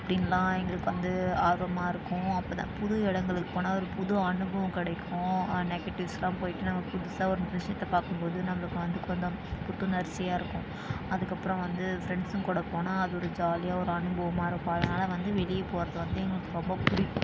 அப்படின்லாம் எங்களுக்கு வந்து ஆர்வமாக இருக்கும் அப்போ தான் புது இடங்களுக்கு போனால் ஒரு புது அனுபவம் கிடைக்கும் நெகட்டிவ்ஸெலாம் போய்விட்டு நம்ம புதுசாக ஒன்று விஷயத்த பார்க்கும் போது நம்மளுக்கு வந்து கொஞ்சம் புத்துணர்ச்சியாக இருக்கும் அதுக்கு அப்புறம் வந்து ஃப்ரெண்ட்ஸ்ஸுங்க கூட போனால் அது ஒரு ஜாலியாக ஒரு அன்பும் மறப்போம் அதனால் வந்து வெளியே போவது வந்து எங்களுக்கு ரொம்ப பிடிக்கும்